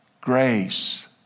grace